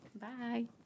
Bye